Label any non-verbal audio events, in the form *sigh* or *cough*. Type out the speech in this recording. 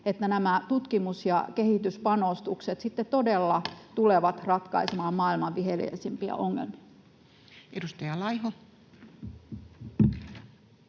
että nämä tutkimus- ja kehityspanostukset sitten todella *noise* tulevat ratkaisemaan maailman viheliäisimpiä ongelmia? [Speech